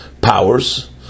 powers